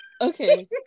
okay